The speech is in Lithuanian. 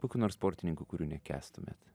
kokių nors sportininkų kurių nekęstumėt